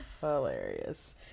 Hilarious